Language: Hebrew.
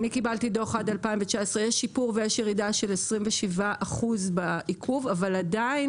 קיבלתי דוח עד 2019. יש שיפור וירידה של 27% בעיכוב אבל עדיין